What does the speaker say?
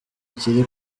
kiri